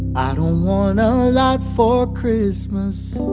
i don't want a lot for christmas.